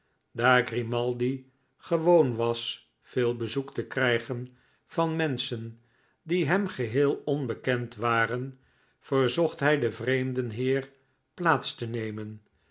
daar grimaldi gewoon was veel bezoek te krijgen van menschen die hem geheel onbekend waren verzocht hij den vreemden heer plaats te nemen